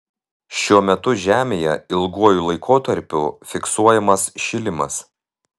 šiuo metu žemėje ilguoju laikotarpiu fiksuojamas šilimas